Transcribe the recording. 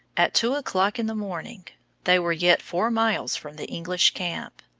at two o'clock in the morning they were yet four miles from the english camp.